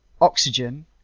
oxygen